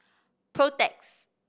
protex